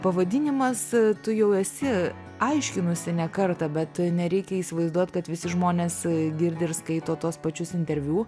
pavadinimas tu jau esi aiškinusi ne kartą bet nereikia įsivaizduot kad visi žmonės girdi ir skaito tuos pačius interviu